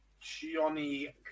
Johnny